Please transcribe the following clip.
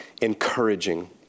encouraging